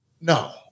No